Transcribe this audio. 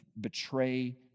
betray